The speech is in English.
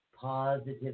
Positive